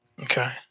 Okay